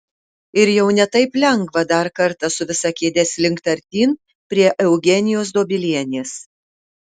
ir jau ne taip lengva dar kartą su visa kėde slinkt artyn prie eugenijos dobilienės